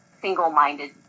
single-minded